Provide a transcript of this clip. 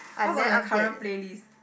what's on your current playlist